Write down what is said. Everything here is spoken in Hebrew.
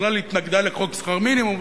בכלל התנגדה לחוק שכר מינימום,